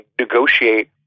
negotiate